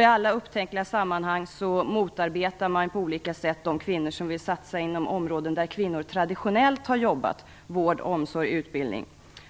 I alla upptänkliga sammanhang motarbetar man på olika sätt de kvinnor som vill satsa inom områden där kvinnor traditionellt har jobbat, dvs. vård, omsorg och utbildning.